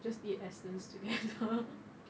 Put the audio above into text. just eat Astons together